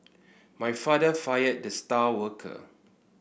my father fired the star worker